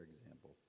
example